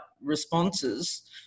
responses